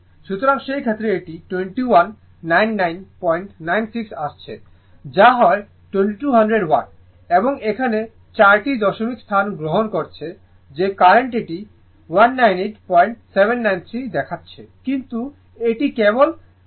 সুতরাং সেই ক্ষেত্রে এটি 219996 আসছে যা হয় 2200 ওয়াট এবং এখানে চারটি দশমিক স্থান গ্রহণ করেছে যে কারণে এটি 198793 দেখাচ্ছে কিন্তু এটি কেবল মেলে